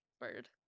bird